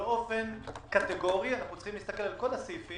באופן קטגורי, אנחנו צריכים להסתכל על כל הסעיפים